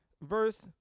Verse